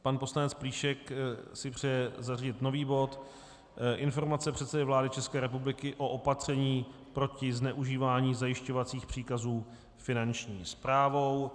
Pan poslanec Plíšek si přeje zařadit nový bod Informace předsedy vlády České republiky o opatření proti zneužívání zajišťovacích příkazů Finanční správou.